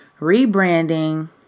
rebranding